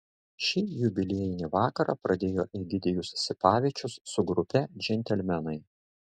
šį jubiliejinį vakarą pradėjo egidijus sipavičius su grupe džentelmenai